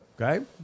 Okay